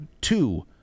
two